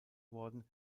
worden